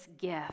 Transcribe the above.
gift